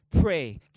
Pray